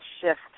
shift